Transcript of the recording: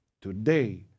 Today